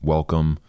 Welcome